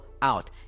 out